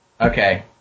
okay